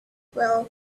well